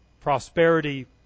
Prosperity